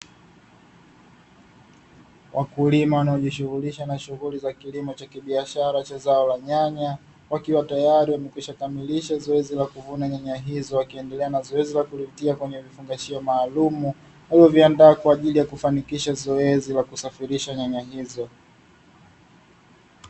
Wakulima wanaojishughuli na shughuli za kilimo cha kibiashara cha zao la nyanya, wakiwa tayari wamekwisha kamilisha zoezi la kuvuna nyanya hizo. Wakiendelea na zoezi la kulitia kwenye vifungashio maalumu, hii huviandaa kwa ajili ya kufanikisha zoezi kwa ajili ya kusafirisha nyanya hizo.